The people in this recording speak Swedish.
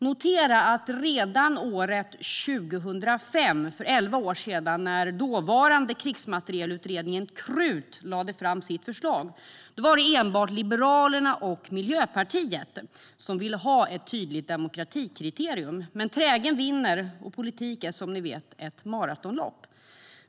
Notera att redan 2005, för elva år sedan, när dåvarande Krigsmaterielutredningen, Krut, lade fram sitt förslag, var det enbart Liberalerna och Miljöpartiet som ville ha ett tydligt demokratikriterium. Trägen vinner. Och politik är som ni vet ett maratonlopp.